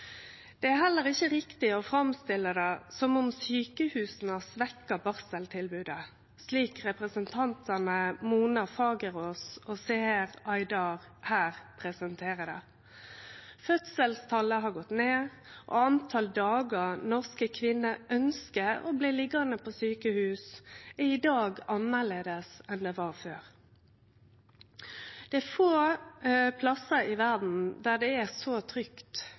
Det er heller ikkje riktig at sjukehusa har svekt barseltilbodet, slik representantane Mona Fagerås og Seher Aydar framstiller det. Fødselstala har gått ned, og kor mange dagar norske kvinner ønskjer å bli liggjande på sjukehus, er i dag annleis enn det var før. Det er få plassar i verda det er så trygt